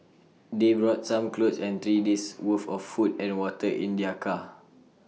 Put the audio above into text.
they brought some clothes and three days' worth of food and water in their car